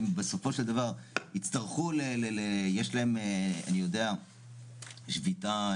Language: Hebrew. יש להם שביתה,